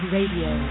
Radio